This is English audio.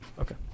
okay